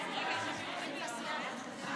חברת הכנסת השכל, חברת הכנסת השכל,